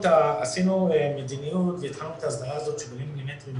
עשינו מדיניות והתחלנו את הסדרה הזאת של 80 מילימטריים.